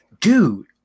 dude